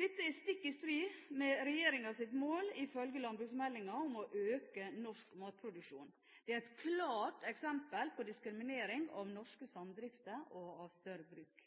Dette er stikk i strid med regjeringens mål, ifølge landbruksmeldingen, om å øke norsk matproduksjon. Det er et klart eksempel på diskriminering av norske samdrifter og større bruk.